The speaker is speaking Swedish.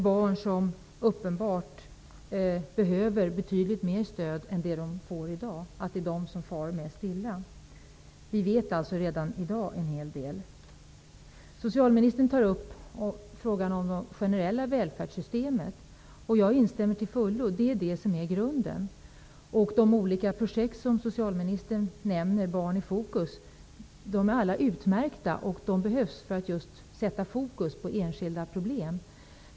Barn som uppenbart behöver betydligt mer stöd än de får i dag är de som far mest illa. Vi vet alltså redan i dag en hel del. Socialministern tar upp frågan om det generella välfärdssystemet, och jag instämmer till fullo. Det är det som är grunden. De olika projekt som socialministern nämner, Barn i fokus, är alla utmärkta. De behövs för att just fokusera enskilda problem.